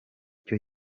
cyo